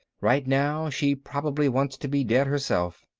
right now she probably wants to be dead herself.